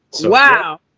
wow